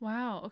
Wow